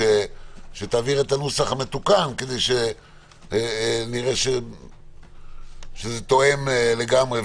שתעביר את הנוסח המתוקן כדי שנראה שזה תואם לגמרי,